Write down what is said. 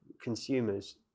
consumers